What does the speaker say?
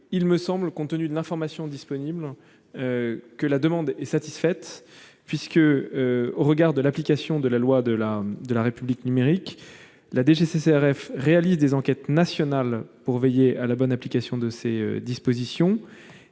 visées. Compte tenu de l'information disponible, la demande me paraît satisfaite. En effet, dans le cadre de l'application de la loi pour une République numérique, la DGCCRF réalise des enquêtes nationales pour veiller à la bonne application de ces dispositions.